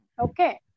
Okay